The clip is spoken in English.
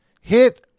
hit